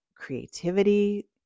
creativity